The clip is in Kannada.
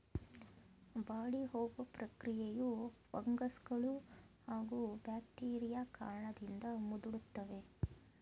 ಬಾಡಿಹೋಗೊ ಪ್ರಕ್ರಿಯೆಯು ಫಂಗಸ್ಗಳೂ ಹಾಗೂ ಬ್ಯಾಕ್ಟೀರಿಯಾ ಕಾರಣದಿಂದ ಮುದುಡ್ತವೆ